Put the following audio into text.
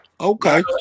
Okay